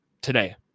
today